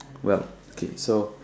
well okay so